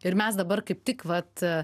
ir mes dabar kaip tik vat